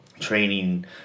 training